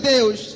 Deus